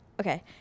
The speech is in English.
Okay